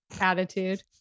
attitude